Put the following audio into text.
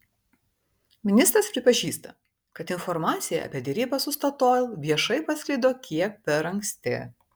ministras pripažįsta kad informacija apie derybas su statoil viešai pasklido kiek per anksti